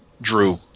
drew